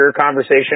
conversation